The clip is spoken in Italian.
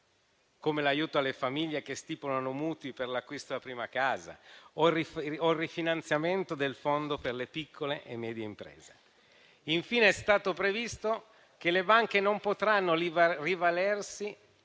come l'aiuto alle famiglie che stipulano mutui per l'acquisto della prima casa o il rifinanziamento del Fondo per le piccole e medie imprese. Infine, è stato previsto che le banche non potranno rivalersi